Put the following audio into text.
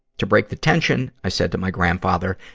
to break the tension, i said to my grandfather,